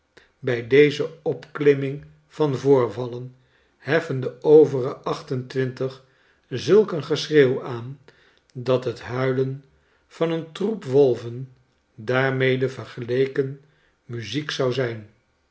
bij deze opklimming van voorvallen heffen de overige acht en twintig zulk een geschreeuw aan dat het huilen van een troep wolven daarmede vergeleken muziek zou zijn